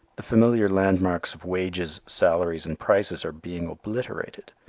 the familiar landmarks of wages, salaries and prices are being obliterated.